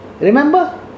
Remember